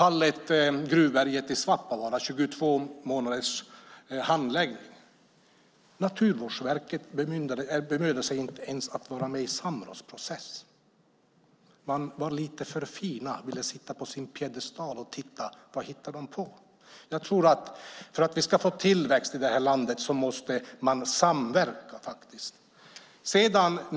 Ärendet med Gruvberget i Svappavaara hade en handläggningstid på 22 månader. Naturvårdsverket bemödade sig inte ens om att vara med i samrådsprocessen. Man var för fin och ville sitta på sin piedestal och betrakta vad de hittade på. För att vi ska få tillväxt här i landet måste man samverka.